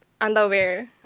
underwear